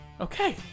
Okay